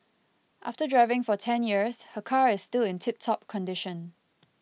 after driving for ten years her car is still in tip top condition